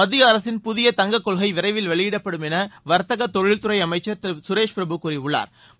மத்திய அரசின் புதிய தங்க கொள்கை விரைவில் வெளியிடப்படும் என வா்த்தக தொழில் துறை அமைச்சா் திரு சுரேஷ் பிரபு கூறியுள்ளாா்